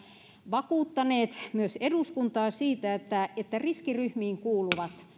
vakuuttaneet myös eduskuntaa siitä että että riskiryhmiin kuuluvat